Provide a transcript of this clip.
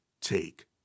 take